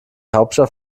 hauptstadt